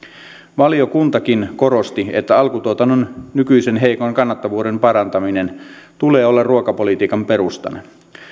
valiokuntakin korosti että alkutuotannon nykyisen heikon kannattavuuden parantamisen tulee olla ruokapolitiikan perustana